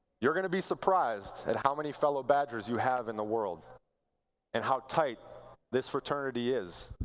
you're going to be surprised at how many fellow badgers you have in the world and how tight this fraternity is.